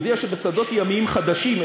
הוא הודיע שבשדות ימיים חדשים,